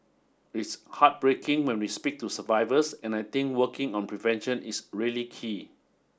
it's heartbreaking when we speak to survivors and I think working on prevention is really key